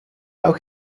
auch